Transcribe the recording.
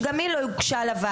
שגם היא לא הוגשה לוועדה,